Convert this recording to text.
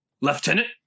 lieutenant